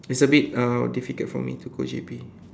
it's a bit uh difficult for me to go J_B